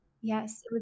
yes